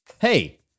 Hey